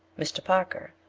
mr. parker,